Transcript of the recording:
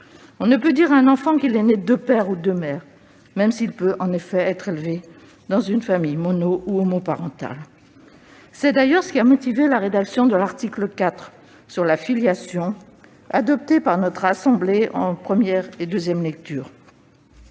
On ne peut pas dire à un enfant qu'il est né de deux pères ou de deux mères, même s'il peut effectivement être élevé dans une famille mono ou homoparentale. C'est d'ailleurs ce qui a motivé la rédaction de l'article 4, relatif la filiation, retenue par notre assemblée en première et deuxième lectures.